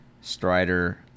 Strider